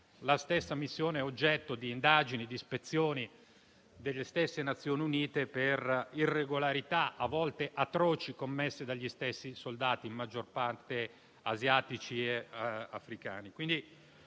la stessa è oggetto di indagini e ispezioni da parte delle Nazioni Unite, per le irregolarità, a volte atroci, commesse dagli stessi soldati, in maggior parte asiatici e africani.